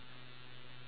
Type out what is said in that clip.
your turn